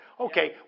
Okay